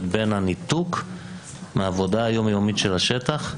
בין הניתוק מהעבודה היומיומית של השטח.